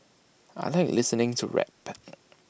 I Like listening to rap